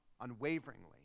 unwaveringly